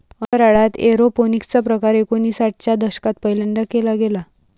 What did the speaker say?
अंतराळात एरोपोनिक्स चा प्रकार एकोणिसाठ च्या दशकात पहिल्यांदा केला गेला